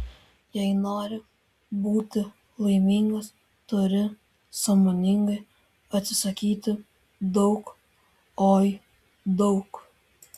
jei nori būti laimingas turi sąmoningai atsisakyti daug oi daug